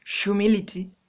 humility